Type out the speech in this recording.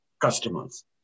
customers